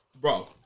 Bro